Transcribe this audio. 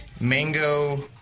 mango